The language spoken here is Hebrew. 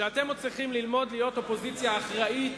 אתם עוד צריכים ללמוד להיות אופוזיציה אחראית,